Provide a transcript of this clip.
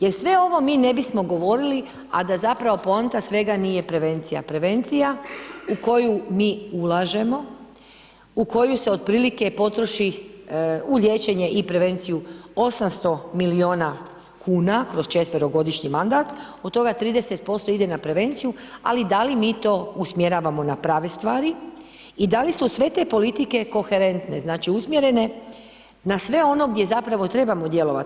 Jer sve ovo mi ne bismo govorili, a da zapravo poanta svega nije prevencija, prevencija u koju mi ulažemo, u koju se otprilike potroši u liječenje i prevenciju 800 milijuna kn, kroz četverogodišnji mandat, od toga 30% ide na prevenciju, ali da li mi to usmjeravamo na prave stvari, i da li su sve te politike koherentne, znači usmjerene na sve ono gdje zapravo trebamo djelovati.